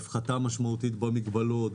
היא מפחיתה משמעותית במגבלות,